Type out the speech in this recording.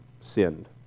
sinned